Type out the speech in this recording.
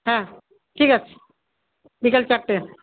হ্যাঁ ঠিক আছে বিকাল চারটে